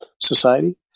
society